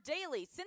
daily